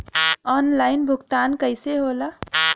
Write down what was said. Online भुगतान कईसे होला?